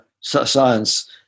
science